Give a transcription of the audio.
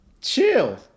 chill